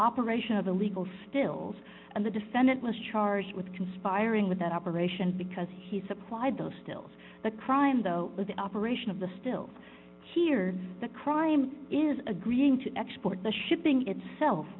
operation of illegal stills and the defendant was charged with conspiring with that operation because he supplied those stills the crime though with the operation of the still here the crime is agreeing to export the shipping itself